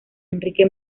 enrique